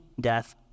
death